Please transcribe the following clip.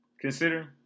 consider